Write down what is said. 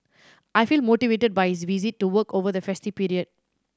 I feel motivated by his visit to work over the festive period